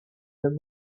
them